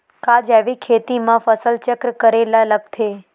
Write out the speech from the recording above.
का जैविक खेती म फसल चक्र करे ल लगथे?